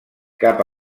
cap